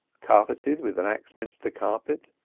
carpeted with an axminster carpet,